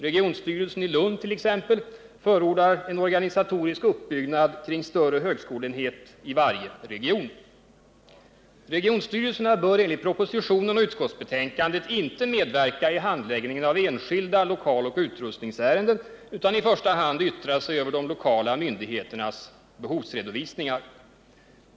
Regionstyrelsen i Lund t.ex. förordar en organisatorisk uppbyggnad kring större högskoleenhet i varje region. Regionstyrelserna bör enligt propositionen och utskottsbetänkandet inte medverka i handläggningen av enskilda lokaloch utrustningsärenden utan i första hand yttra sig över de lokala myndigheternas behovsredovisningar.